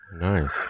Nice